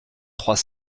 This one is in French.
trois